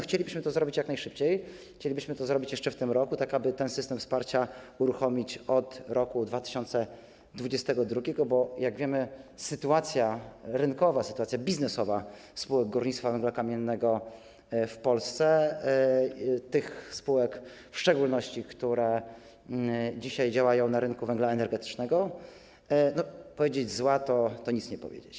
Chcielibyśmy to zrobić jak najszybciej, chcielibyśmy to zrobić jeszcze w tym roku, tak aby ten system wsparcia uruchomić od roku 2022, bo jak wiemy, sytuacja rynkowa, sytuacja biznesowa spółek górnictwa węgla kamiennego w Polsce, w szczególności tych spółek, które dzisiaj działają na rynku węgla energetycznego, jest... powiedzieć: zła to nic nie powiedzieć.